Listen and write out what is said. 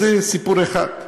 אז זה סיפור אחד,